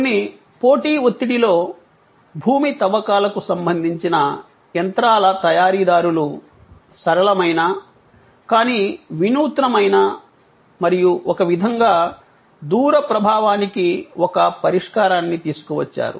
కొన్ని పోటీ ఒత్తిడిలో భూమి తవ్వకాలకు సంబంధించిన యంత్రాల తయారీదారులు సరళమైన కానీ వినూత్నమైన మరియు ఒక విధంగా దూర ప్రభావానికి ఒక పరిష్కారాన్ని తీసుకువచ్చారు